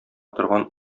торган